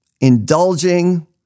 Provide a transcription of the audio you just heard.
indulging